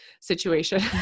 situation